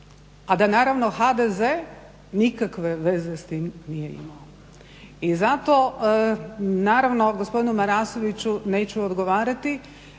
A da naravno HDZ nikakve veze s tim nije imao. I zato naravno gospodinu Marasoviću neću odgovarati